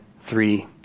three